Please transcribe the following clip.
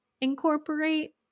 incorporate